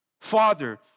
Father